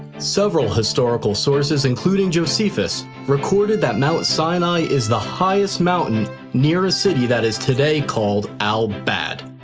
several historical sources, including josephus, recorded that mount sinai is the highest mountain near a city that is today called al bad.